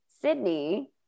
Sydney